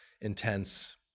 intense